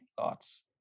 thoughts